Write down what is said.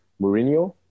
Mourinho